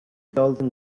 golden